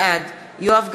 בעד יואב גלנט,